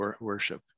worship